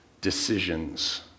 decisions